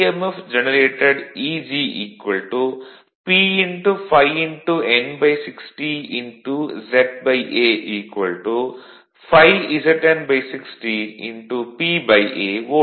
generated Eg P ∅N60 ZA ∅ZN60PA volt